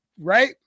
Right